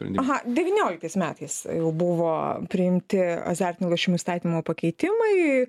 aha devynioliktais metais buvo priimti azartinių lošimų įstatymo pakeitimai